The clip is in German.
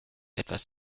etwas